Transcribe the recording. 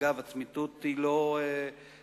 אגב, הצמיתות לא כתובה.